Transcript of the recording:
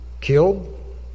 killed